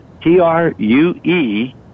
T-R-U-E